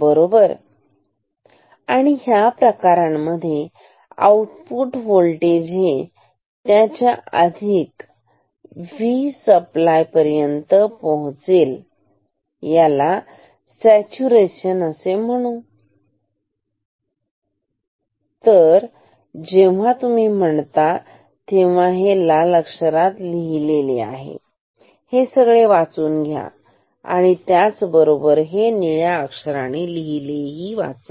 बरोबर आणि ह्या प्रकारांमध्ये आउटपुट होल्टेज हे त्याच्या अधिक Vसप्लाई पर्यंत पोहोचेल याला सॅच्युरेशन असे म्हणू या तर जेव्हा तुम्ही म्हणता तेव्हा हे लाल अक्षरात लिहिलेले सगळे वाचून घ्या आणि त्याच बरोबर हे निळ्या शाईने लिहिलेले ही वाचा